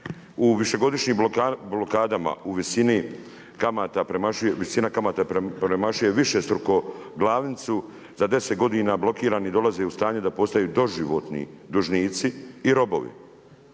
U višegodišnjim blokadama u visini kamata, visina kamata premašuje višestruko glavnicu, za 10 godina blokirani dolaze u stanje da postaju doživotni dužnici i robovi.